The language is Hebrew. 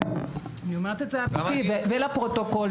אני אומרת את דעתי והיא לפרוטוקול.